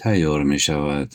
тайёр мешавад.